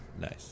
Nice